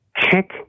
kick